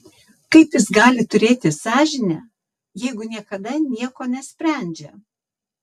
kaip jis gali turėti sąžinę jeigu niekada nieko nesprendžia